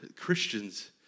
Christians